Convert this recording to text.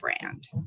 brand